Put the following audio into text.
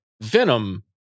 Venom